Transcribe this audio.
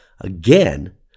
again